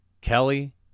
Kelly